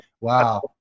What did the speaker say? wow